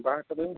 ᱵᱟᱦᱟ ᱠᱚᱫᱚ